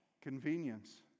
Convenience